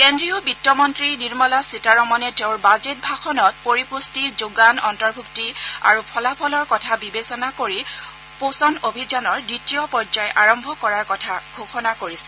কেন্দ্ৰীয় বিত্তমন্তী নিৰ্মলা সীতাৰমণে তেওঁৰ বাজেট ভাষণত পৰিপুষ্টি যোগান অন্তৰ্ভুক্তি আৰু ফলাফলৰ কথা বিবেচনা কৰি পোষণ অভিযানৰ দ্বিতীয় পৰ্যায় আৰম্ভ কৰাৰ কথা ঘোষণা কৰিছিল